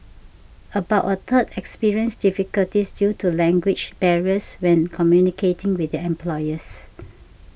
about a third experienced difficulties due to language barriers when communicating with their employers